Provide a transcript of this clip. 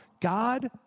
God